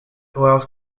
allows